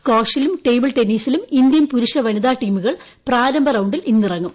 സ്കാഷിലും table ടെന്നീസിലും Indian പുരുഷ വനിതാ ടീമുകൾ പ്രാരംഭ റൌണ്ടിൽ ഇന്ന് ഇറങ്ങും